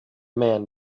man